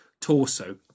torso